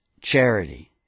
charity